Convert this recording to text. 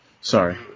Sorry